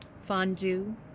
Fondue